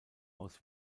aus